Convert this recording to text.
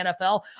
NFL